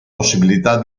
possibilità